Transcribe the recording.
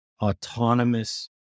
autonomous